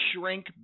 shrink